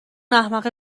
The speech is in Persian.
احمق